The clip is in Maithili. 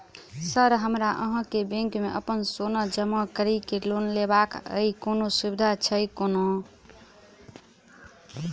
सर हमरा अहाँक बैंक मे अप्पन सोना जमा करि केँ लोन लेबाक अई कोनो सुविधा छैय कोनो?